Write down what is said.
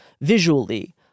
visually